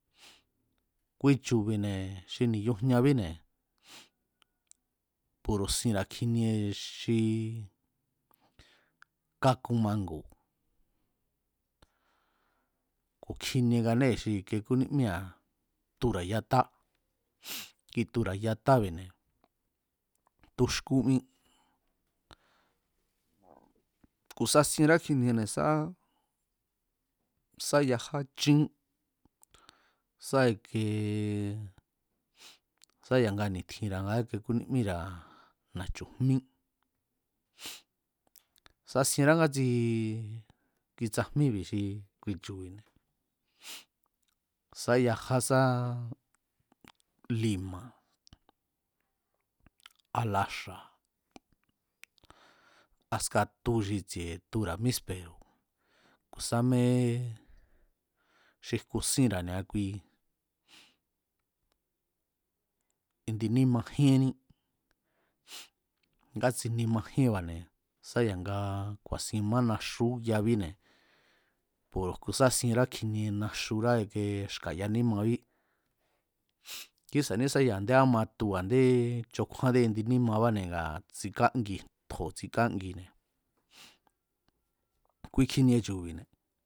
Kui chu̱nbi̱ne̱ xi ni̱yujñabíne̱ puro̱ sinra̱ kjinie xi kakun mangu̱, ku̱kjinienganée̱ xi tura̱ yatá, ki tura̱ yatábi̱ne̱ tuxkú mí ku̱ sasienrá kjiniene̱ sá sá yajá chín, sá ikee sá ya̱nga ni̱tjinra̱nga íke kúnímíra̱ na̱chu̱ jmí, sasienra ngátsi kui tsajmíbi̱ kui chu̱bi̱, sá yaja sa lima̱, alaxa̱, askan tu si tsie tura̱ líspe̱ro̱ ku̱ sá méxi jku sínra̱ ni̱a kui ndi níma jíenní ngátsi nima jíenba̱ne̱ sá ya̱nga ku̱a̱sin mánaxú yabíne̱ ngua jku sásienrá kjinie naxurá ikie jka̱ ya nímabí kísa̱ní sá ya̱a a̱nde ká tu ba̱ne̱ ndé chokjúandé indi nímabane̱ ngaa̱ tsikangi ntjo̱ tsikángine̱, kui kjinie chu̱bi̱ne̱